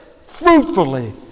fruitfully